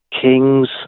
kings